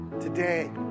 today